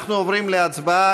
אז אנחנו עוברים להצבעה.